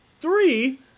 three